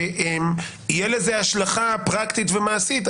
תהיה לזה השלכה פרקטית ומעשית.